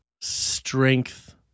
strength